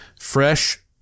fresh